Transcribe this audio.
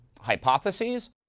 hypotheses